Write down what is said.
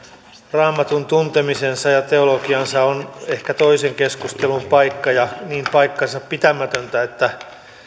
raamatun tuntemisensa ja teologiansa on ehkä toisen keskustelun paikka ja niin paikkansapitämätöntä että